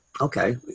Okay